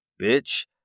Bitch